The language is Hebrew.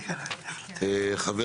חבר